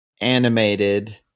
animated